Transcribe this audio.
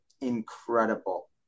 incredible